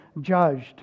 judged